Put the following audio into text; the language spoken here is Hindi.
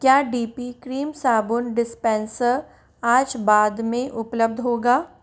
क्या डी पी क्रीम साबुन डिस्पेंसर आज बाद में उपलब्ध होगा